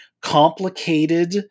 complicated